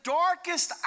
darkest